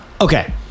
Okay